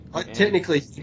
Technically